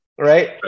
Right